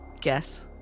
guess